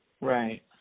Right